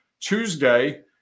Tuesday